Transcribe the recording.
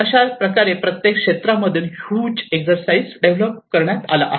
अशाप्रकारे प्रत्येक क्षेत्रात मधून हुज एक्सरसाइज डेव्हलप करण्यात आला आहे